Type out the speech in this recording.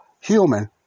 human